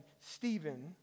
Stephen